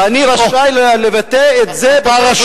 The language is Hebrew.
ואני רשאי לבטא את זה בצורה שאני חושב שהיא נכונה.